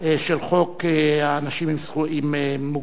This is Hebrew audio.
של חוק האנשים עם מוגבלויות,